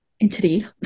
entity